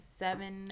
seven